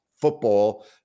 football